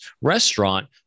restaurant